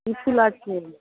কি ফুল আছে